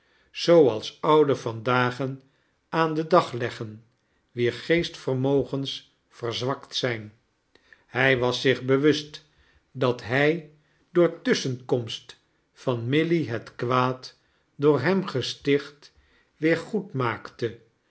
zooals ouden van dagen aan den dag leggen wier geestyermjogeas verzwakt zijn hij was zich bewust dat hij door tusschenkomst van milly het kwaad door hem gesticht weer goed maakte